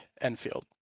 Enfield